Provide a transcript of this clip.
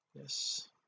yes